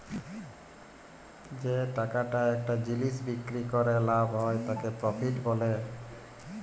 যে টাকাটা একটা জিলিস বিক্রি ক্যরে লাভ হ্যয় তাকে প্রফিট ব্যলে